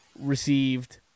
received